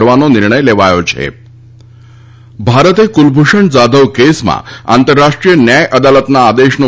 ધરવાનો નિર્ણય લેવાયો છે ભારતે કુલભૂષણ જાધવ કેસમાં આંતરરાષ્ટ્રીય ન્યાય અદાલતના આદેશનો